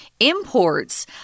imports